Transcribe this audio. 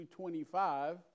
25